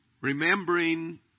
remembering